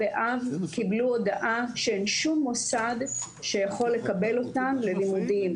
באב קיבלו הודעה שאין שום מוסד שיכול לקבל אותן ללימודים.